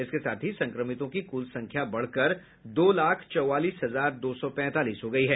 इसके साथ ही संक्रमितों की कुल संख्या बढ़कर दो लाख चौवालीस हजार दो सौ पैंतालीस हो गयी है